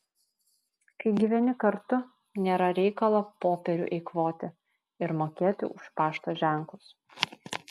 kai gyveni kartu nėra reikalo popierių eikvoti ir mokėti už pašto ženklus